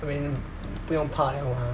I mean 不用怕了吗